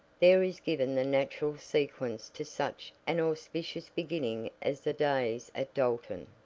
there is given the natural sequence to such an auspicious beginning as the days at dalton.